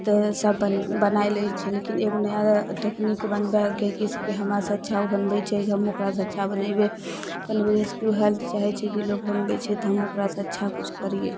तऽ सब बन बनाय लय छियै लेकिन एगो नया टेकनीक बनबयके की से हमरासँ अच्छा ओ बनबय छै कि हम ओकरासँ अच्छा बनेबय रेसिपी ओएह चाहे छै कि लोक बनबय छै तऽ हम ओकरासँ अच्छा किछु करियै